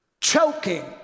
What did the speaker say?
choking